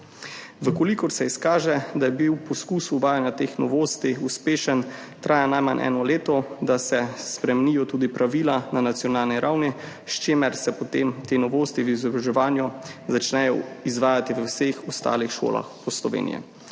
V kolikor se izkaže, da je bil poskus uvajanja teh novosti uspešen, traja najmanj eno leto, da se spremenijo tudi pravila na nacionalni ravni, s čimer se potem te novosti v izobraževanju začnejo izvajati v vseh ostalih šolah po Sloveniji.